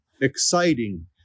exciting